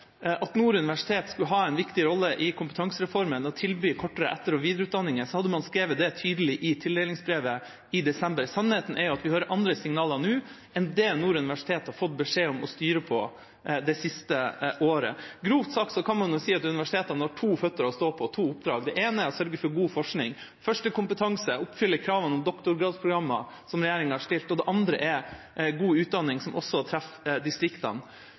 at Nord universitet skulle ha en viktig rolle i kompetansereformen og tilby kortere etter- og videreutdanninger, hadde man skrevet det tydelig i tildelingsbrevet i desember. Sannheten er at vi hører andre signaler nå enn det Nord universitet har fått beskjed om å styre etter, det siste året. Grovt sagt kan man si at universitetene har to føtter å stå på, to oppdrag: Det ene er å sørge for god forskning, førstekompetanse og å oppfylle kravene om doktorgradsprogrammer, som regjeringa har stilt, og det andre er god utdanning som også treffer distriktene.